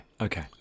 okay